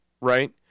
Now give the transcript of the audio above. right